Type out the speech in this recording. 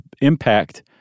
impact